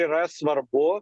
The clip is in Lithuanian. yra svarbu